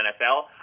NFL